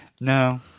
no